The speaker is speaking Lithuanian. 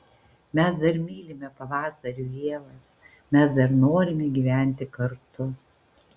mes dar mylime pavasarių ievas mes dar norime gyventi kartu